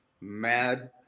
Mad